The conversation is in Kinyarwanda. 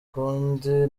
kundi